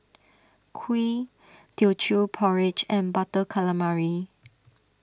Kuih Teochew Porridge and Butter Calamari